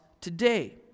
today